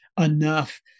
enough